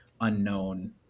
unknown